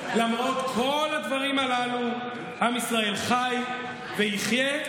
למרות כל הדברים הללו עם ישראל חי ויחיה,